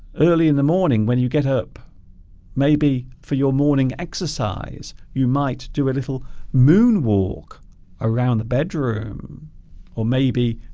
early in the morning when you get up maybe for your morning exercise you might do a little moonwalk around the bedroom or maybe